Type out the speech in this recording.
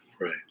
Right